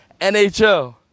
NHL